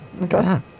okay